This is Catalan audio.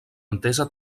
entesa